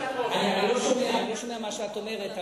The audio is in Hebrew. אני לא שומע מה שאת אומרת,